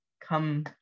come